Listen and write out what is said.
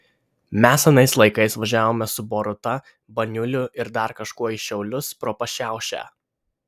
mes anais laikais važiavome su boruta baniuliu ir dar kažkuo į šiaulius pro pašiaušę